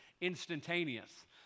instantaneous